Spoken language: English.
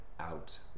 out